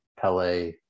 Pele